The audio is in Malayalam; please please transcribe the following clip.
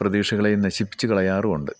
പ്രതീക്ഷകളെയും നശിപ്പിച്ച് കളയാറുമുണ്ട്